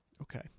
okay